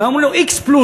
היו אומרים לו: x פלוס.